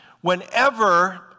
Whenever